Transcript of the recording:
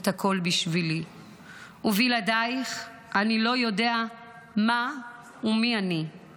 את הכול בשבילי / ובלעדייך אני לא יודע מה ומי אני /